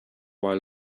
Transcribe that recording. while